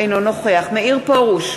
אינו נוכח מאיר פרוש,